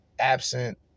Absent